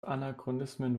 anachronismen